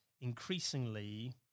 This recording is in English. increasingly